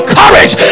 courage